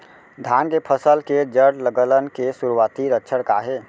धान के फसल के जड़ गलन के शुरुआती लक्षण का हे?